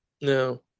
no